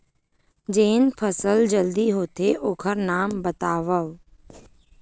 जेन फसल जल्दी होथे ओखर नाम बतावव?